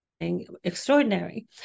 extraordinary